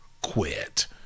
quit